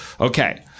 okay